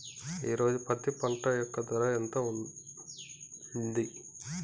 ఈ రోజు పత్తి పంట యొక్క ధర ఎంత ఉంది?